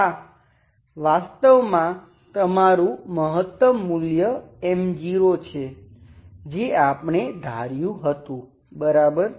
આ વાસ્તવમાં તમારું મહત્તમ મૂલ્ય M0 છે જે આપણે ધાર્યું હતું બરાબર